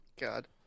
god